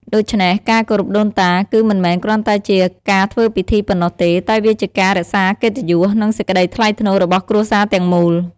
ដូច្នេះ ការគោរពដូនតា គឺមិនមែនគ្រាន់តែជាការធ្វើពិធីប៉ុណ្ណោះទេ តែវាជាការរក្សាកិត្តិយស និងសេចក្ដីថ្លៃថ្នូររបស់គ្រួសារទាំងមូល។